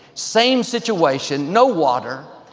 same situation, no water.